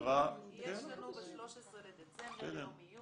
יש לנו ב-13 בדצמבר יום עיון, אתם מוזמנים.